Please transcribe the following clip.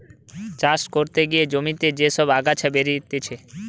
চাষ করতে গিয়ে জমিতে যে সব আগাছা বেরতিছে